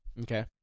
Okay